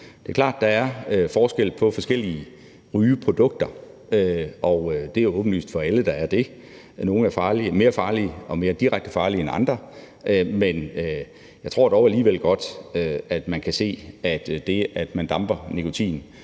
Det er klart, at der er forskel på forskellige rygeprodukter – det er åbenlyst for alle, at der er det – for nogle er mere direkte farlige end andre. Men jeg tror dog alligevel godt, man kan se, at det, at man damper nikotin,